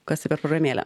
kas yra programėlė